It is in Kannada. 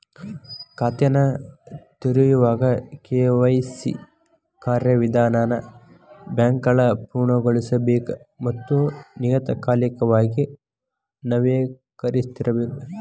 ಖಾತೆನ ತೆರೆಯೋವಾಗ ಕೆ.ವಾಯ್.ಸಿ ಕಾರ್ಯವಿಧಾನನ ಬ್ಯಾಂಕ್ಗಳ ಪೂರ್ಣಗೊಳಿಸಬೇಕ ಮತ್ತ ನಿಯತಕಾಲಿಕವಾಗಿ ನವೇಕರಿಸ್ತಿರಬೇಕ